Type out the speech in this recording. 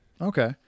Okay